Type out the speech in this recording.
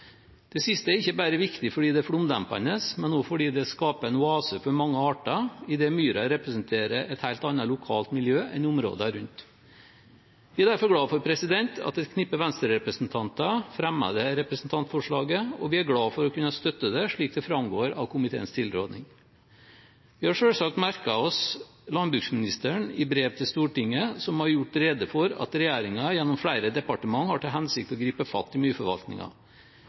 Det siste er ikke bare viktig fordi det er flomdempende, men også fordi det skaper en oase for mange arter idet myra representerer et helt annet lokalt miljø enn områdene rundt. Vi er derfor glade for at et knippe venstrerepresentanter fremmer dette representantforslaget, og vi er glade for å kunne støtte det, slik det framgår av komiteens tilråding. Vi har selvsagt merket oss at landbruksministeren i brev til Stortinget har gjort rede for at regjeringen, gjennom flere departement, har til hensikt å gripe fatt i myrforvaltningen. Vi støtter likevel representantforslaget. Det haster med